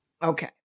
Okay